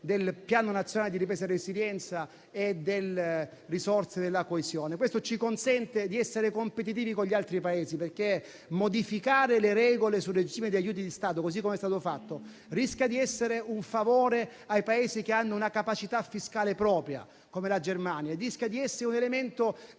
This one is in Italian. del Piano nazionale di ripresa e resilienza e delle risorse della coesione. Questo ci consente di essere competitivi con gli altri Paesi, perché modificare le regole sul regime di aiuti di Stato, così come è stato fatto, rischia di essere un favore ai Paesi che hanno una capacità fiscale propria come la Germania, e rischia di essere un elemento